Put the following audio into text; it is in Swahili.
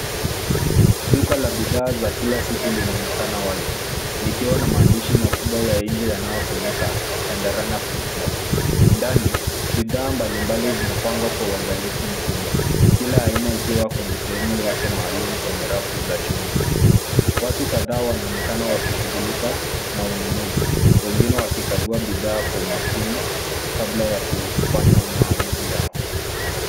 Duka la bidhaa za kila siku linaonekana wazi likiwa na maandishi makubwa ya nje yanayo someka, Chandarana foodplus , ndani bidhaa mbalimbali zimepangwa kwa uangalifu mkubwa kila aina ikiwa kwenye sehemu yake maalum kwenye rafu za chuma. Watu kadhaa wanaonekana wakishughulika na ununuzi, wengine waki kagua bidhaa kwa umakini kabla ya kufanya maumizi yao.